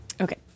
Okay